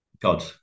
God